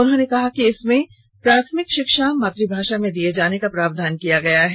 कुलपति ने कहा कि इसमें प्राथमिक शिक्षा मातृभाषा में दिए जाने का प्रावधान किया गया है